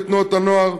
בתנועות הנוער,